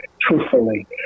truthfully